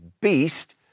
beast